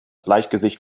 bleichgesicht